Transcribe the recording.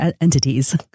entities